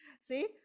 See